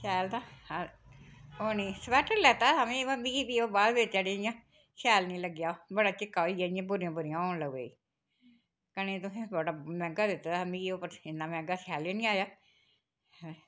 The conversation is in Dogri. शैल तां ओह् नेईं स्वैटर लैता हा बा मिगी बी ओह् बाद बिच्च इ'यां शैल नी लग्गेआ बड़ा चिक्का होई गेआ इ'यां बुरेयां बुरेयां होन लगी पेई कन्नै तुसें बड़ा मैंह्गा दित्ता दी हा परसीना इन्ना मैंह्गा शैल गी नी आया